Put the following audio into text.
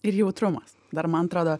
ir jautrumas dar man atrodo